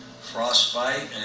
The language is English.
frostbite